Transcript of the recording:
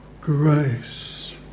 grace